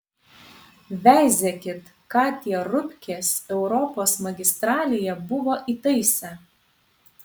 veizėkit ką tie rupkės europos magistralėje buvo įtaisę